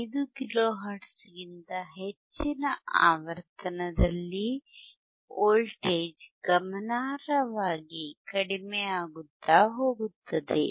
5 kilo ಹರ್ಟ್ಜ್ಗಿಂತ ಹೆಚ್ಚಿನ ಆವರ್ತನದಲ್ಲಿ ವೋಲ್ಟೇಜ್ ಗಮನಾರ್ಹವಾಗಿ ಕಡಿಮೆಯಾಗುತ್ತಾ ಹೋಗುತ್ತದೆ